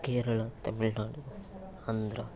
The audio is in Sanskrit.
केरळ तमिल्नाडु आन्द्रा